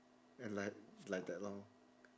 and like like that lor